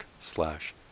slash